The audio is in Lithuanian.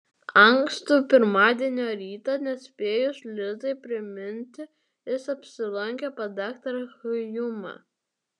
ankstų pirmadienio rytą nespėjus lizai priminti jis apsilankė pas daktarą hjumą